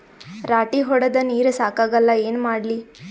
ರಾಟಿ ಹೊಡದ ನೀರ ಸಾಕಾಗಲ್ಲ ಏನ ಮಾಡ್ಲಿ?